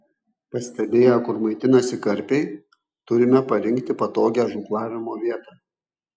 pastebėję kur maitinasi karpiai turime parinkti patogią žūklavimo vietą